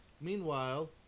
Meanwhile